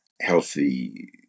healthy